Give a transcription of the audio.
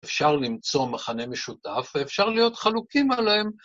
אפשר למצוא מכנה משותף ואפשר להיות חלוקים עליהם.